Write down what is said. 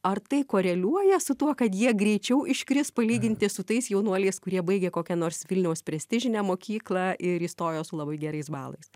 ar tai koreliuoja su tuo kad jie greičiau iškris palyginti su tais jaunuoliais kurie baigė kokią nors vilniaus prestižinę mokyklą ir įstojo su labai gerais balais